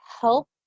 help